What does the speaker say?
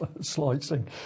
slicing